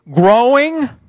Growing